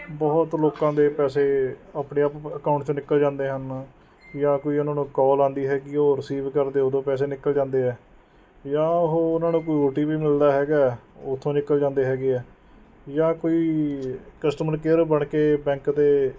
ਬਹੁਤ ਲੋਕਾਂ ਦੇ ਪੈਸੇ ਆਪਣੇ ਆਪ ਅਕਾਊਂਟ 'ਚੋਂ ਨਿਕਲ ਜਾਂਦੇ ਹਨ ਜਾਂ ਕੋਈ ਉਹਨਾਂ ਨੂੰ ਕੋਲ ਆਉਂਦੀ ਹੈਗੀ ਹੈ ਉਹ ਰਿਸੀਵ ਕਰਦੇ ਉਦੋਂ ਪੈਸੇ ਨਿਕਲ ਜਾਂਦੇ ਹੈ ਜਾਂ ਉਹ ਉਹਨਾਂ ਨੂੰ ਕੋਈ ਓ ਟੀ ਪੀ ਮਿਲਦਾ ਹੈਗਾ ਉੱਥੋਂ ਨਿਕਲ ਜਾਂਦੇ ਹੈਗੇ ਹੈ ਜਾਂ ਕੋਈ ਕਸਟਮਰ ਕੇਅਰ ਬਣ ਕੇ ਬੈਂਕ ਦੇ